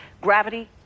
gravity